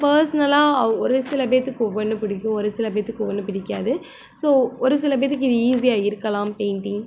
பர்சனலாக அவு ஒரு சில பேர்த்துக்கு ஒவ்வொன்று பிடிக்கும் ஒரு சில பேர்த்துக்கு ஒவ்வொன்று பிடிக்காது ஸோ ஒரு சில பேர்த்துக்கு இது ஈஸியாக இருக்கலாம் பெயிண்டிங்